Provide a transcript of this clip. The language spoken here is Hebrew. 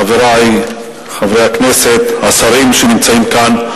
חברי חברי הכנסת, השרים שנמצאים כאן,